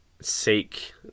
seek